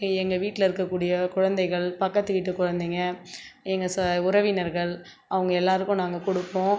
எங்கள் வீட்டில் இருக்கக்கூடிய குழந்தைகள் பக்கத்து வீட்டு குழந்தைங்கள் எங்கள் ஸ உறவினர்கள் அவங்க எல்லோருக்கும் நாங்கள் கொடுப்போம்